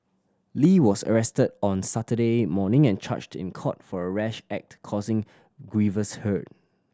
Lee was arrested on Saturday morning and charged in court for a rash act causing grievous hurt